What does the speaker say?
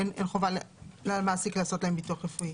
אין חובה למעסיק לעשות להם ביטוח רפואי.